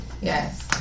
Yes